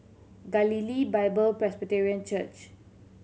Galilee Bible Presbyterian Church